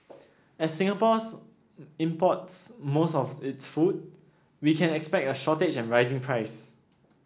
as Singapore's imports most of its food we can expect a shortage and rising prices